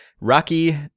Rocky